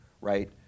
right